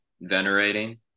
venerating